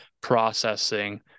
processing